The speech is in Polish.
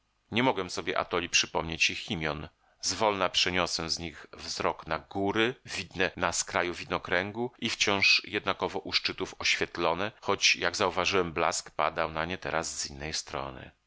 nie mogłem sobie atoli przypomnieć ich imion zwolna przeniosłem z nich wzrok na góry widne na skraju widnokręgu i wciąż jednakowo u szczytów oświetlone choć jak zauważyłem blask padał na nie teraz z innej strony